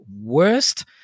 worst